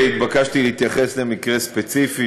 התבקשתי להתייחס למקרה ספציפי,